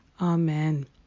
Amen